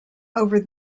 over